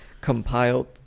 compiled